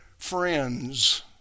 friends